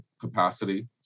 capacity